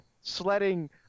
sledding